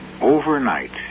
Overnight